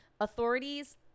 Authorities